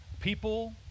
People